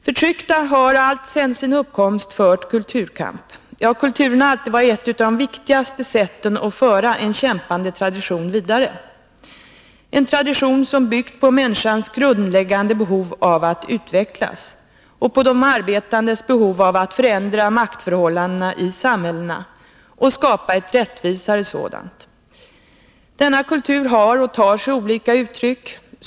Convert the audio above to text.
Förtryckta har alltsedan sin uppkomst fört kulturkamp. Ja, kulturen har alltid varit ett av de viktigaste sätten att föra en kämpande tradition vidare, en tradition som byggt på människans grundläggande behov av att utvecklas och på de arbetandes behov av att förändra maktförhållandena och skapa ett rättvisare samhälle. Denna kultur har tagit sig och tar sig fortfarande olika uttryck.